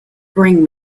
bring